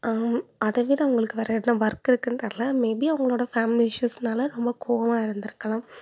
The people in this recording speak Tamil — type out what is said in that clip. அதை விட அவங்களுக்கு வேறு என்ன ஒர்க் இருக்குன் தெரியல மேபி அவங்களோட ஃபேமிலி இஸ்யூஸ்னால் கோவமாக இருந்திருக்குலாம்